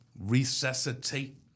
resuscitate